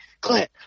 Clint